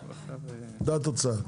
אותה תוצאה.